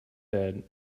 bed